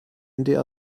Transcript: ndr